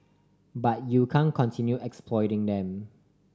but you can continue exploiting them